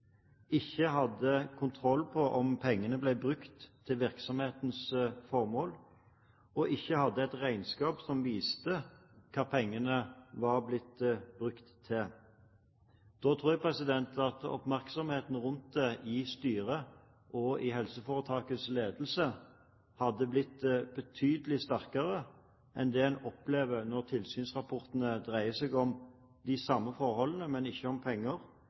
ikke hadde kontroll på om pengene ble brukt til virksomhetens formål, og ikke hadde et regnskap som viste hva pengene hadde blitt brukt til, tror jeg at oppmerksomheten rundt helseforetakets styre og ledelse hadde blitt betydelig sterkere enn det en opplever når tilsynsrapportene dreier seg om de samme forholdene, men ikke om penger,